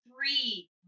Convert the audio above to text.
three